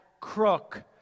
crook